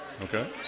Okay